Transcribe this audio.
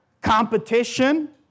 competition